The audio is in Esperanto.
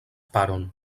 paron